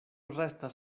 restas